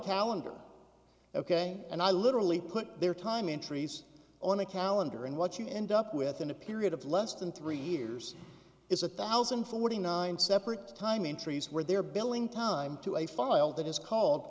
calendar ok and i literally put their time entries on a calendar and what you end up with in a period of less than three years is a thousand forty nine separate time entries where they're billing time to a file that is called